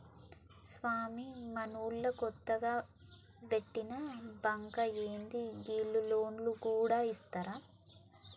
స్వామీ, మనూళ్ల కొత్తగ వెట్టిన బాంకా ఏంది, గీళ్లు లోన్లు గూడ ఇత్తరా